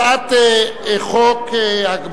אנחנו ממשיכים בסדר-היום: הצעת חוק הגבלת